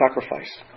sacrifice